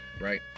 right